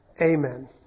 Amen